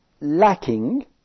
lacking